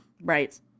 Right